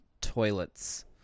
toilets